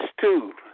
two